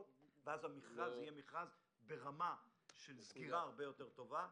ואז המכרז יהיה ברמת סגירה הרבה יותר טובה.